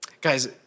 Guys